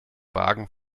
wagen